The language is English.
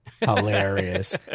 Hilarious